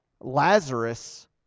lazarus